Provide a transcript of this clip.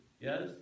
Yes